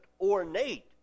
ornate